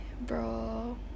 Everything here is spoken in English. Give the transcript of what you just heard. bro